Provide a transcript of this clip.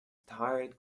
tired